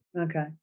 Okay